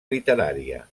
literària